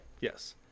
Yes